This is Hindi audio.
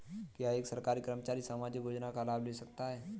क्या एक सरकारी कर्मचारी सामाजिक योजना का लाभ ले सकता है?